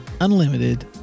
unlimited